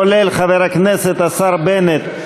כולל חבר הכנסת השר בנט,